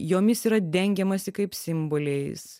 jomis yra dengiamasi kaip simboliais